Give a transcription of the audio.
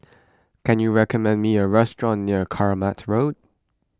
can you recommend me a restaurant near Kramat Road